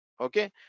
Okay